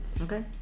Okay